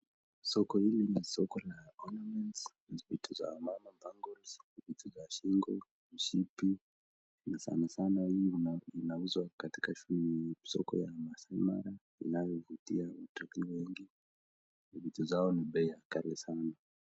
Soko hili ni soko la ornaments ni vitu za mapambo. Ni vitu za shingo, mshipi na sana sana hii inauzwa katika soko ya Maasai mara inayovutia watalii wengi. Vitu zao ni bei ya kali sana.